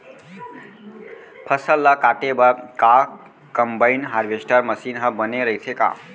फसल ल काटे बर का कंबाइन हारवेस्टर मशीन ह बने रइथे का?